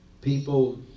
People